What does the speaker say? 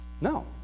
No